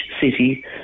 city